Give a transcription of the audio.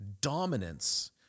dominance